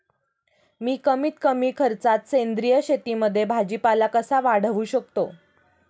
मी कमीत कमी खर्चात सेंद्रिय शेतीमध्ये भाजीपाला कसा वाढवू शकतो?